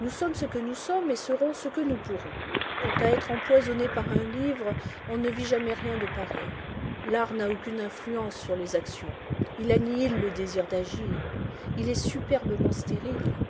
nous sommes ce que nous sommes et serons ce que nous pourrons quant à être empoisonné par un livre on ne vit jamais rien de pareil l'art n'a aucune influence sur les actions il annihile le désir d'agir il est superbement stérile